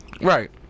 Right